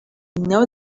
know